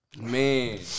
Man